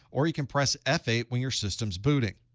or you can press f eight when your system's booting.